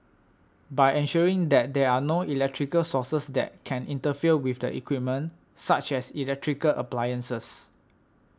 by ensuring that there are no electrical sources that can interfere with the equipment such as electrical appliances